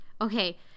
okay